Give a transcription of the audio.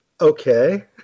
okay